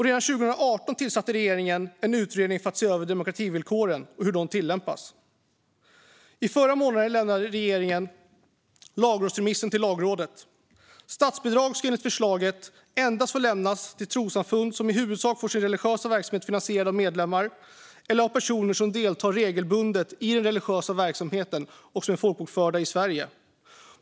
Redan 2018 tillsatte regeringen en utredning för att se över demokrativillkoren och hur de tillämpas. Förra månaden lämnade regeringen lagrådsremissen till Lagrådet. Statsbidrag ska enligt förslaget endast få lämnas till trossamfund som i huvudsak får sin religiösa verksamhet finansierad av medlemmar eller personer som deltar regelbundet i den religiösa verksamheten och som är folkbokförda i Sverige.